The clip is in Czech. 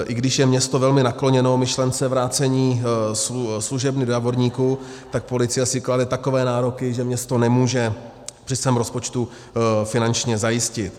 I když je město velmi nakloněno myšlence vrácení služebny do Javorníku, tak policie si klade takové nároky, že město je nemůže při svém rozpočtu finančně zajistit.